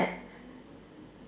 that